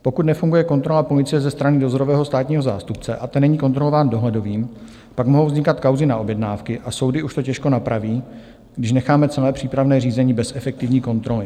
Pokud nefunguje kontrola policie ze strany dozorového státního zástupce a ten není kontrolován dohledovým, pak mohou vznikat kauzy na objednávky a soudy už to těžko napraví, když necháme celé přípravné řízení bez efektivní kontroly.